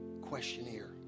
questionnaire